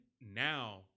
now